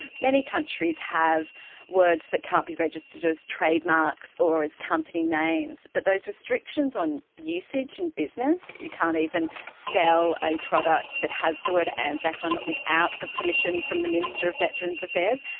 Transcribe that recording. many countries have words that can't be registered as trademarks or as company names, but those restrictions on usage and business, you can't even sell a product that has the word anzac on it without the permission from the minister of veterans' affairs.